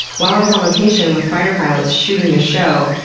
while i was on location with fighter pilots shooting this show,